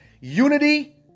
Unity